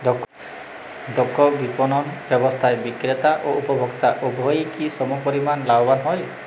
দক্ষ বিপণন ব্যবস্থায় বিক্রেতা ও উপভোক্ত উভয়ই কি সমপরিমাণ লাভবান হয়?